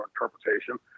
interpretation